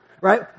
right